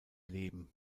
leben